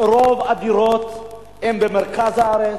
רוב הדירות הן במרכז הארץ,